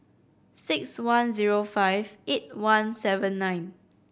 six one zero five eight one seven nine